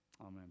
Amen